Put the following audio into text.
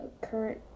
current